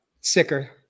sicker